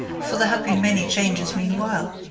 for there had been many changes meanwhile.